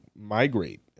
migrate